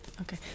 Okay